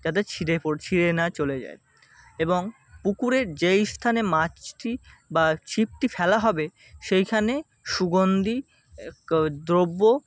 যাতে ছিঁড়ে পড় ছিঁড়ে না চলে যায় এবং পুকুরের যেই স্থানে মাছটি বা ছিপটি ফেলা হবে সেইখানে সুগন্ধী এক দ্রব্য